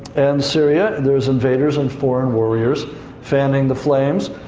and syria, and there's invaders and foreign warriors fanning the flames.